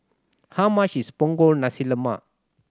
how much is Punggol Nasi Lemak